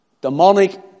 demonic